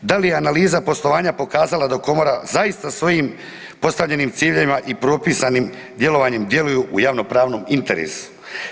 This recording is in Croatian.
Da li je analiza poslovanja pokazala da komora zaista svojim postavljenim ciljevima i propisanim djelovanjem djeluju u javnopravnom interesu?